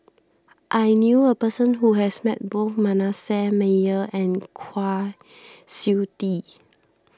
I knew a person who has met both Manasseh Meyer and Kwa Siew Tee